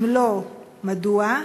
אם לא, מדוע?